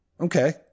Okay